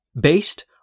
Based